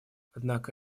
однако